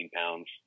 pounds